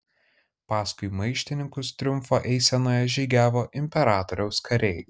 paskui maištininkus triumfo eisenoje žygiavo imperatoriaus kariai